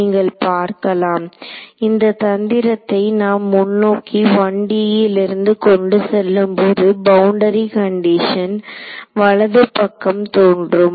நீங்கள் பார்க்கலாம் இந்த தந்திரத்தை நாம் முன்னோக்கி 1D ல் இருந்து கொண்டு செல்லும் போது பவுண்டரி கண்டிஷன் வலதுகைப் பக்கம் தோன்றும்